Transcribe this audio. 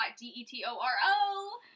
D-E-T-O-R-O